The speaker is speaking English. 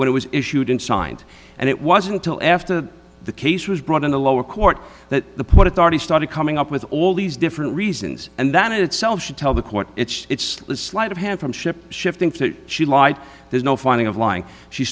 when it was issued and signed and it wasn't till after the case was brought in the lower court that the port authority started coming up with all these different reasons and that in itself should tell the court it's a sleight of hand from ship shifting she lied there's no finding of lying she